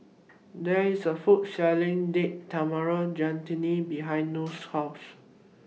There IS A Food Selling Date Tamarind Chutney behind Noe's House